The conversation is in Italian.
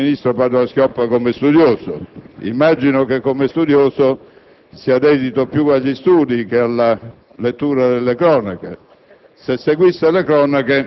Ho molta stima del ministro Padoa-Schioppa come studioso. Immagino che come tale sia dedito più agli studi che alla lettura delle cronache.